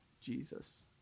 Jesus